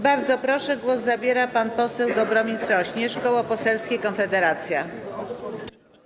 Bardzo proszę, głos zabierze pan poseł Dobromir Sośnierz, Koło Poselskie Konfederacja.